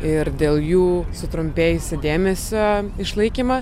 ir dėl jų sutrumpėjusį dėmesio išlaikymą